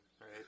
Right